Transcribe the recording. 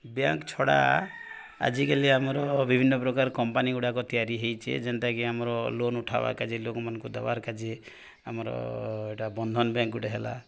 bank ଛଡ଼ା ଆଜିକାଲି ଆମର ବିଭିନ୍ନପ୍ରକାର କମ୍ପାନୀଗୁଡ଼ାକ ତିଆରି ହେଇଚେ ଯେନ୍ତାକି ଆମର ଲୋନ୍ ଉଠାବାର୍ କାଜେ ଲୋକ୍ମାନଙ୍କୁ ଦେବାର୍ କାଜେ ଆମର୍ ଇଟା ବନ୍ଧନ୍ ବ୍ୟାଙ୍କ୍ ଗୋଟେ ହେଲା